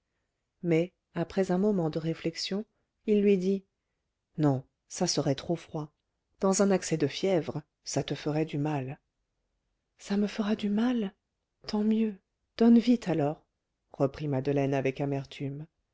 mais après un moment de réflexion il lui dit non ça serait trop froid dans un accès de fièvre ça te ferait du mal ça me fera du mal tant mieux donne vite alors reprit madeleine avec amertume